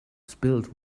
spilled